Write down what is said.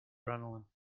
adrenaline